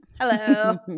Hello